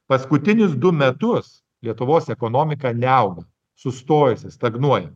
paskutinius du metus lietuvos ekonomika neaugo sustojusi stagnuoja